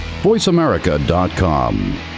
voiceamerica.com